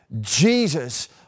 Jesus